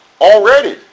already